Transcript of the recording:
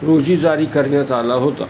रोजी जारी करण्यात आला होता